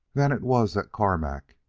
then it was that carmack,